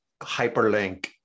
hyperlink